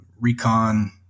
Recon